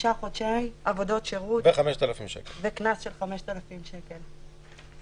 שישה חודשי עבירות שירות וקנס של 5,000 שקל.